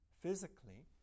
physically